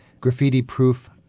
graffiti-proof